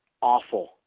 awful